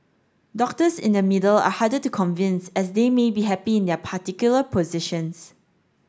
doctors in the middle are harder to convince as they may be happy in their particular positions